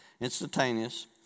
instantaneous